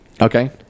Okay